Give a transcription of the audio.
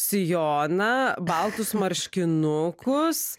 sijoną baltus marškinukus